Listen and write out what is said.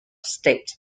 state